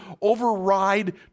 override